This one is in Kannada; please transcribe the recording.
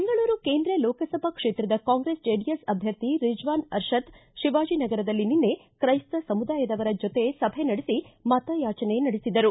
ಬೆಂಗಳೂರು ಕೇಂದ್ರ ಲೋಕಸಭಾ ಕ್ಷೇತ್ರದ ಕಾಂಗ್ರೆಸ್ ಜೆಡಿಎಸ್ ಅಭ್ಯರ್ಥಿ ರಿಜ್ಞಾನ್ ಅರ್ಷದ್ ಶಿವಾಜಿನಗರದಲ್ಲಿ ನಿನ್ನೆ ತ್ರೈಸ್ತ ಸಮುದಾಯದವರ ಜೊತೆ ಸಭೆ ನಡೆಸಿ ಮತಯಾಚನೆ ನಡೆಸಿದರು